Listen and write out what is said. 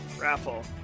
raffle